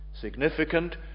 significant